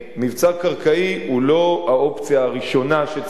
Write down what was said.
מבצע קרקעי הוא לא האופציה הראשונה שצריכה